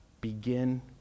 begin